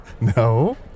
No